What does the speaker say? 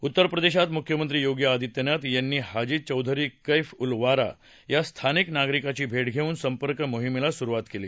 उत्तरप्रदेशात मुख्यमंत्री योगी आदित्यनाथ यांनी हाजी चौघरी कैफ उल वारा या स्थानिक नागरिकाची भेट घेऊन संपर्क मोहिमेला सुरुवात केली